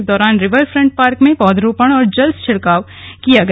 इस दौरान river front park में पौधरोपण और जल छिड़काव किया गया